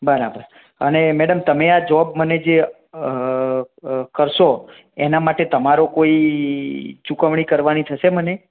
બરાબર અને મેડમ તમે આ જૉબ મને જે કરશો એનાં માટે તમારો કોઈ ચૂકવણી કરવાની થશે મને